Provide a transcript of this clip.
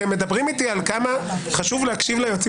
אתם מדברים איתי כמה חשוב להקשיב ליועצים